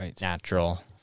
natural